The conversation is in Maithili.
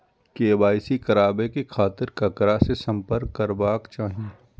के.वाई.सी कराबे के खातिर ककरा से संपर्क करबाक चाही?